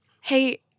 hey